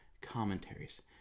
commentaries